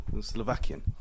Slovakian